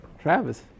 Travis